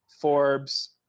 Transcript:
forbes